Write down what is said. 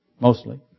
mostly